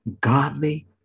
godly